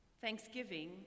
Thanksgiving